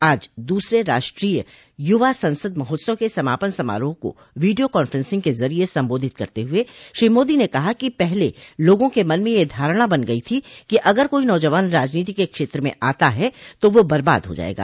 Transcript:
आज दूसरे राष्ट्रीय युवा संसद महोत्सव के समापन समारोह को वीडियो कांफ्रेंसिंग के जरिये संबोधित करते हुए श्री मोदी ने कहा कि पहले लोगों के मन में यह धारणा बन गई थी कि अगर कोई नौजवान राजनीति के क्षेत्र में आता है तो वह बर्बाद हो जायेगा